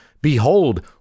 Behold